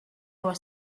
was